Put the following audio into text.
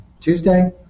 Tuesday